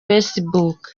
facebook